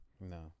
no